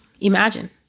Imagine